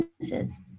businesses